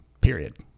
period